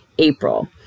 april